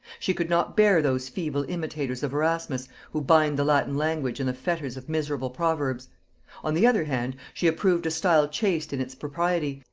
she could not bear those feeble imitators of erasmus who bind the latin language in the fetters of miserable proverbs on the other hand, she approved a style chaste in its propriety,